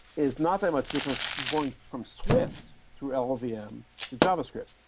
is not that much different from going from swift through llvm um to javascript,